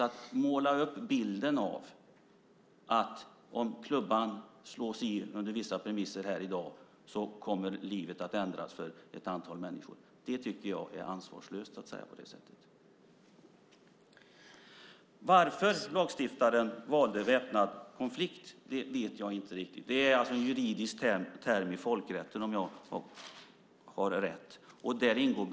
Att måla upp en bild av att om klubban slås i under vissa premisser här i kammaren i dag kommer livet att ändras för ett antal människor tycker jag är ansvarslöst. Varför lagstiftaren valde "väpnad konflikt" vet jag inte. Det är en juridisk term i folkrätten, om jag är rätt underrättad.